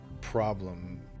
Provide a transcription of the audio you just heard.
problem